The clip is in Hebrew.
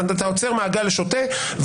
אתה יוצר מעגל שוטה,